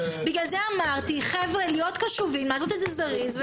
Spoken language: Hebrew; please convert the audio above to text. בגלל זה ביקשתי להיות קשובים ולעשות את זה זריז,